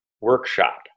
workshop